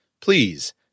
Please